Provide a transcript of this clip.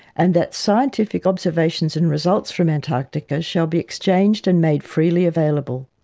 and that scientific observations and results from antarctica shall be exchanged and made freely available.